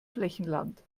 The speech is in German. flächenland